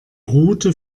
route